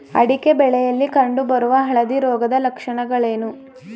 ಅಡಿಕೆ ಬೆಳೆಯಲ್ಲಿ ಕಂಡು ಬರುವ ಹಳದಿ ರೋಗದ ಲಕ್ಷಣಗಳೇನು?